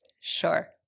Sure